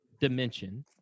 dimension